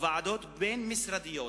וועדות בין-משרדיות,